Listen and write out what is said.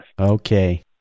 Okay